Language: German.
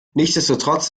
nichtsdestotrotz